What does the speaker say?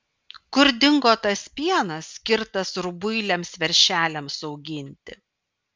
kur dingo tas pienas skirtas rubuiliams veršeliams auginti